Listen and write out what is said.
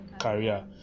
career